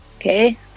Okay